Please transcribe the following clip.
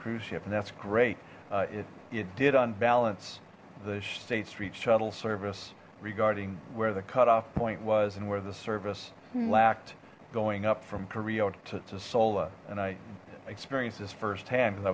cruise ship and that's great it it did unbalance the state street shuttle service regarding where the cutoff point was and where the service lacked going up from korea to sola and i experienced this firsthand